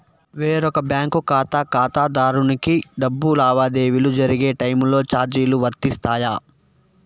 వేరొక బ్యాంకు ఖాతా ఖాతాదారునికి డబ్బు లావాదేవీలు జరిగే టైములో చార్జీలు వర్తిస్తాయా?